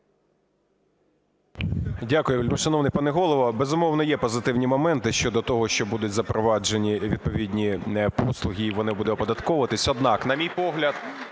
Дякую, вельмишановний пане Голово. Безумовно, є позитивні моменти щодо того, що будуть запроваджені відповідні послуги і вони будуть оподатковуватись.